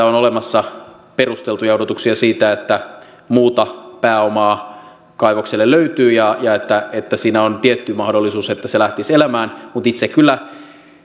on olemassa perusteltuja odotuksia siitä että muuta pääomaa kaivokselle löytyy ja että että siinä on tietty mahdollisuus että se lähtisi elämään mutta itse kyllä